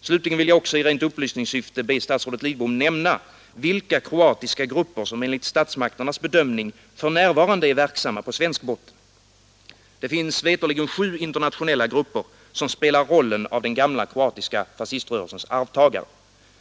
Slutligen vill jag också i rent upplysningssyfte be statsrådet Lidbom nämna, vilka kroatiska grupper som enligt statsmakternas bedömning för närvarande är verksamma på svensk botten. Det finns veterligen sju internationella grupper som spelar rollen av den gamla kroatiska fasciströrelsens arvtagare.